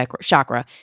chakra